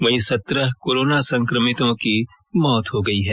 वहीं सत्रह कोरोना संकमितों की मौत हो गई है